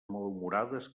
malhumorades